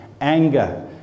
anger